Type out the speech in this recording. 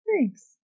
Thanks